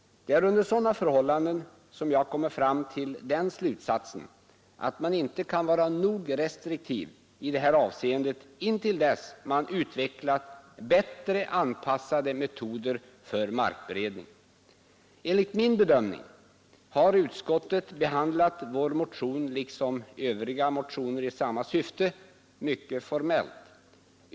Det är under sådana förhållanden jag kommit till den slutsatsen att man inte kan vara nog restriktiv i det här avseendet intill dess att man utvecklat bättre anpassade metoder för markberedningen. Enligt min bedömning har utskottet behandlat vår motion liksom övriga motioner i samma syfte mycket formellt.